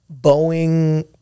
Boeing